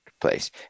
place